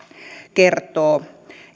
kertoo